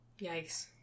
Yikes